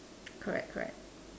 correct correct